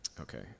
Okay